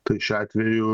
tai šiuo atveju